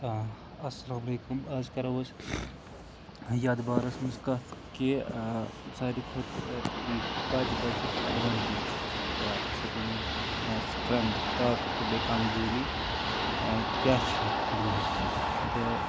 اَسلامُ علیکُم آز کَرَو أسۍ یَتھ بارَس منٛز کَتھ کہِ ساروی کھۄتہٕ بَجہِ بَجہِ اٮ۪ڈوانٹیج یا أسۍ ہٮ۪کو ؤنِتھ سٕٹرنٛگٕتھ طاقت تہٕ بیٚیہِ کَمزوٗری کیٛاہ چھِ دُنیاہَس منٛز تہٕ